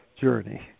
journey